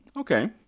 Okay